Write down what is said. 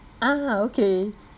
ah okay